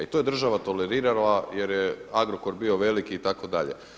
I to je država tolerirala jer je Agrokor bio veliki itd.